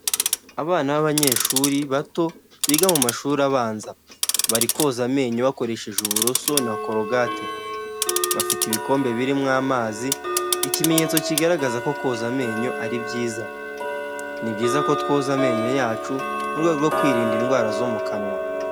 Abana b'abanyeshuri bato biga mu mashuri abanza bari koza amenyo bakoresheje uburoso na corogate bafite ibikombe biririmo amazi ikimenyetso kigaragaza ko koza amenyo ari byiza ni byiza ko twoza amenyo yacu mu rwego rwo kwirinda indwara zo mu kanwa.